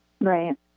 Right